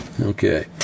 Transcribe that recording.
okay